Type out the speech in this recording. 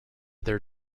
their